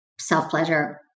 self-pleasure